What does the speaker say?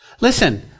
Listen